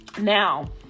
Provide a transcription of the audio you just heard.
Now